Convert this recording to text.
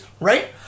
right